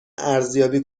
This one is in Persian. ارزیابی